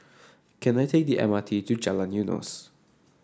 can I take the M R T to Jalan Eunos